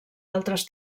altres